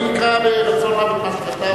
אני אקרא ברצון רב את מה שכתבת.